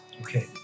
Okay